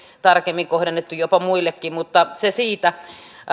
tarkemmin kohdennettu jopa muillekin mutta se siitä